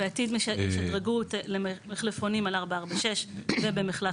בעתיד ישדרגו את המחלפונים על 446 ובמחלף